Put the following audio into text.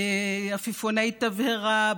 עפיפוני תבערה,